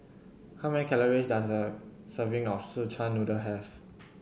how many calories does a serving of Szechuan Noodle have